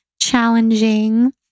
challenging